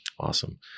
Awesome